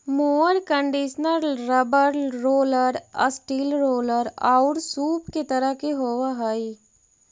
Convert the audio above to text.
mower conditioner rubber roller, steel roller औउर सूप के तरह के होवऽ हई